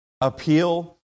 appeal